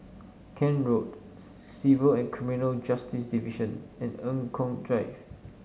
Kent Road Civil and Criminal Justice Division and Eng Kong Drive